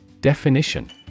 Definition